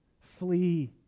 Flee